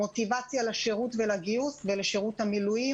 המוטיבציה לשירות ולגיוס ולשירות המילואים,